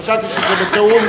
חשבתי שזה בתיאום.